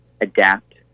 adapt